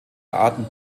arten